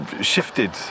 shifted